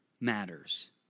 matters